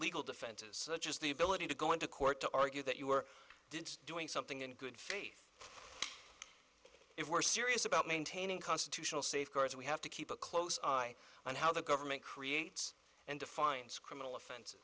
legal defenses such as the ability to go into court to argue that you were doing something in good faith if we're serious about maintaining constitutional safeguards we have to keep a close eye on how the government creates and defines criminal offens